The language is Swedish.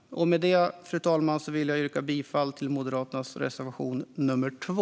Med det, fru talman, vill jag yrka bifall till Moderaternas reservation nr 2.